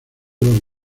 los